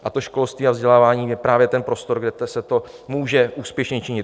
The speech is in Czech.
A školství a vzdělávání je právě ten prostor, kde se to může úspěšně činit.